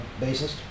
bassist